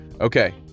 Okay